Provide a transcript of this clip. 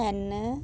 N